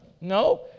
No